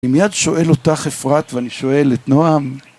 אני מיד שואל אותך, אפרת, ואני שואל את נועם.